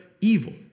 evil